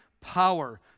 power